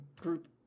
group